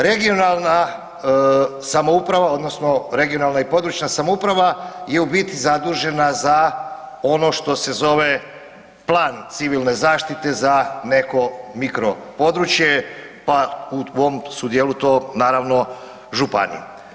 Regionalna samouprava odnosno regionalna i područna samouprava je u biti zadužena za ono što se zove plan civilne zaštite za neko mikro područje, pa u ovom dijelu su to naravno županije.